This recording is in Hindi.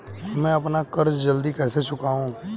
मैं अपना कर्ज जल्दी कैसे चुकाऊं?